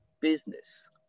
business